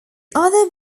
other